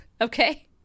okay